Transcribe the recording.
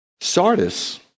Sardis